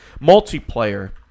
Multiplayer